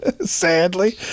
sadly